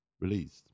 released